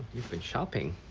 you've been shopping.